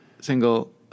single